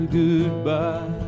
goodbye